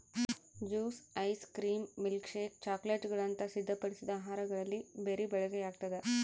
juice ice cream milkshake ಚಾಕೊಲೇಟ್ಗುಳಂತ ಸಿದ್ಧಪಡಿಸಿದ ಆಹಾರಗಳಲ್ಲಿ ಬೆರಿ ಬಳಕೆಯಾಗ್ತದ